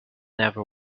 never